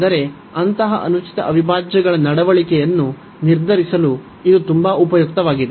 ಆದರೆ ಅಂತಹ ಅನುಚಿತ ಅವಿಭಾಜ್ಯಗಳ ನಡವಳಿಕೆಯನ್ನು ನಿರ್ಧರಿಸಲು ಇದು ತುಂಬಾ ಉಪಯುಕ್ತವಾಗಿದೆ